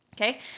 Okay